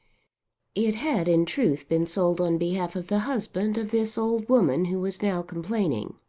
it had in truth been sold on behalf of the husband of this old woman who was now complaining.